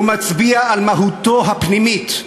הוא מצביע על מהותו הפנימית.